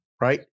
right